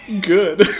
Good